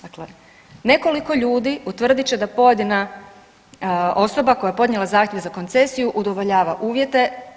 Dakle, nekoliko ljudi utvrdit će da pojedina osoba koja je podnijela zahtjev za koncesiju udovoljava uvjete.